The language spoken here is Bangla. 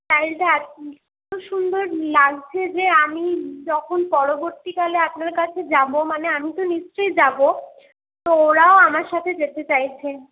স্টাইলটা এত সুন্দর লাগছে যে আমি যখন পরবর্তীকালে আপনার কাছে যাব মানে আমি তো নিশ্চয়ই যাব তো ওরাও আমার সাথে যেতে চাইছে